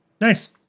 Nice